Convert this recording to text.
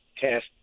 test